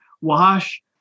wash